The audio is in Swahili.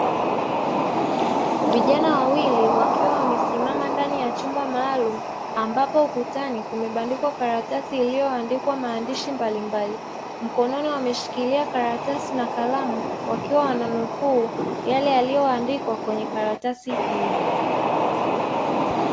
Vijana wawili wakiwa wamesimama ndani ya chumba maalumu, ambapo ukutani kumebandikwa karatasi iliyoandikwa maandishi mbalimbali, mkononi wameshikilia karatasi na kalamu, wakiwa wananukuu yale yaliyoandikwa kwenye karatasi hiyo.